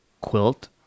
quilt